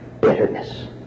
bitterness